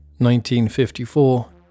1954